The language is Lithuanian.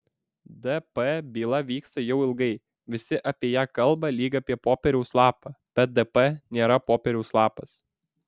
dp byla vyksta jau ilgai visi apie ją kalba lyg apie popieriaus lapą bet dp nėra popieriaus lapas